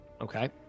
Okay